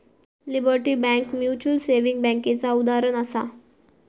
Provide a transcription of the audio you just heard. liberty Bank Mutual Saving बैंकेचा उदाहरणं आसा